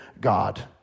God